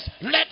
Let